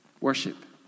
Worship